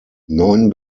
neun